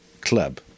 club